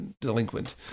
delinquent